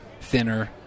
thinner